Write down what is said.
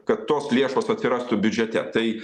kad tos lėšos atsirastų biudžete tai